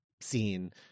scene